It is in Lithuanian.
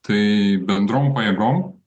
tai bendrom pajėgom